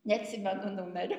neatsimenu numerio